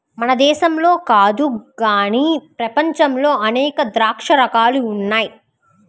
మన దేశంలో కాదు గానీ ప్రపంచంలో అనేక ద్రాక్ష రకాలు ఉన్నాయి